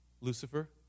Lucifer